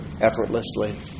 effortlessly